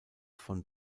von